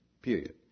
Period